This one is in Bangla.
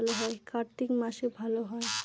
কার্তিক মাসে ভালো হয়?